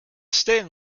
sting